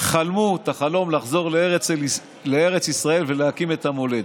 חלמו את החלום לחזור לארץ ישראל ולהקים את המולדת.